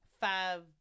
five